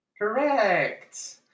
Correct